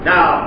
Now